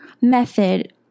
method